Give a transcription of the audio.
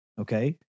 Okay